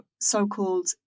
so-called